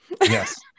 Yes